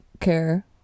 care